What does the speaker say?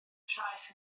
traeth